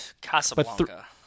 Casablanca